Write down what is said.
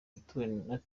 yatumye